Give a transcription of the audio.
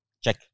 check